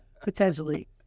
Potentially